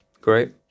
Great